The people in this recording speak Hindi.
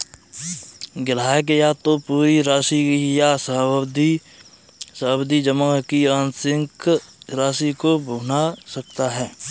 ग्राहक या तो पूरी राशि या सावधि जमा की आंशिक राशि को भुना सकता है